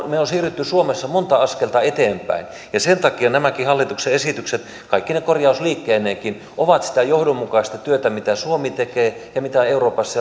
me olemme siirtyneet suomessa monta askelta eteenpäin ja sen takia nämäkin hallituksen esitykset kaikkine korjausliikkeineenkin ovat sitä johdonmukaista työtä mitä suomi tekee ja mitä euroopassa